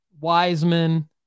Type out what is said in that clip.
Wiseman